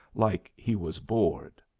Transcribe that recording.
like he was bored.